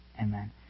amen